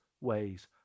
ways